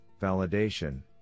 validation